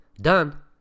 Done